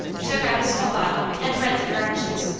took out a small bottle, and read the directions.